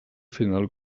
final